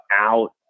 out